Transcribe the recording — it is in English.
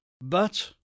but